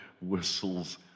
whistles